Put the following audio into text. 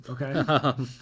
okay